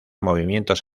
movimientos